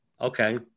Okay